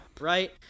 right